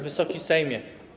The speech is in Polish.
Wysoki Sejmie!